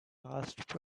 last